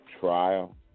trial